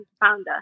founder